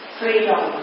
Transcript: freedom